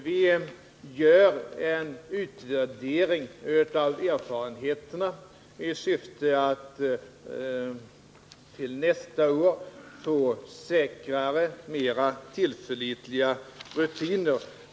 Vi gör en utvärdering av erfarenheterna i syfte att till nästa år få säkrare och mera tillförlitliga rutiner.